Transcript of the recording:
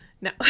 no